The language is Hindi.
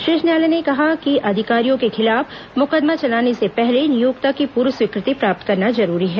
शीर्ष न्यायालय ने कहा कि अधिकारियों के खिलाफ मुकदमा चलाने से पहले नियोक्ता की पूर्व स्वीकृति प्राप्त करना जरूरी है